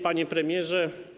Panie Premierze!